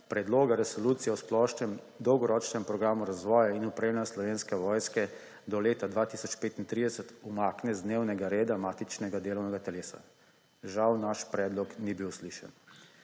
Predloga resolucije o splošnem dolgoročnem programu razvoja in opremljanja Slovenske vojske do leta 2035 umakne z dnevnega reda matičnega delovnega telesa; žal, naš predlog ni bil uslišan.